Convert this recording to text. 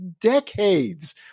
decades